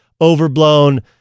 overblown